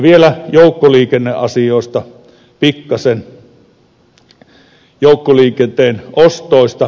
vielä joukkoliikenneasioista pikkasen joukkoliikenteen ostoista